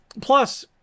plus